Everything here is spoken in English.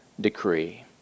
decree